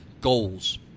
goals